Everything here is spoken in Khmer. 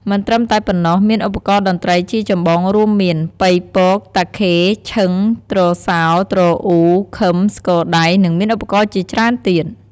មិនត្រឺមតែប៉ុណ្ណោះមានឧបករណ៍តន្ត្រីជាចម្បងរួមមាន បុីពក តាខេ ឈឺង ទ្រសោ ទ្រអ៊ូ ឃឺម ស្គរដៃ និងមានឧបករណ៍ជាច្រើនទៀត។